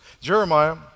Jeremiah